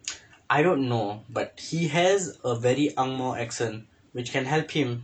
I don't know but he has a very ang moh accent which can help him